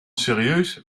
serieus